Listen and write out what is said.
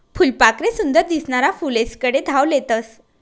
फुलपाखरे सुंदर दिसनारा फुलेस्कडे धाव लेतस